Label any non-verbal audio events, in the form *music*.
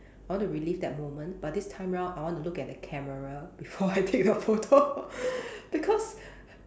I want to relive that moment but this time round I want to look at the camera before I take the photo *laughs* because